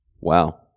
Wow